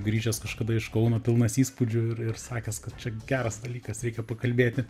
grįžęs kažkada iš kauno pilnas įspūdžių ir ir sakęs kad čia geras dalykas reikia pakalbėti